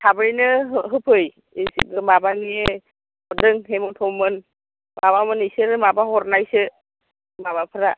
थाबैनो होफै माबानि हेमेन्थ'मोन माबामोन बिसोर माबा हरनायसो माबाफ्रा